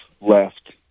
left